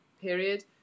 period